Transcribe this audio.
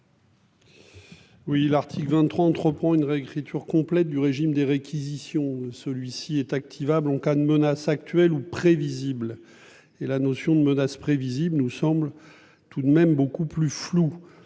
Oui, l'article 23 entreprend une réécriture complète du régime des réquisitions. Celui-ci est activable en cas de menace actuelle ou prévisible et la notion de menace prévisible nous semble tout de même beaucoup plus flou.